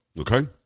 Okay